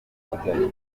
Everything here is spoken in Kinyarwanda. kigali